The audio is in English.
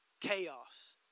chaos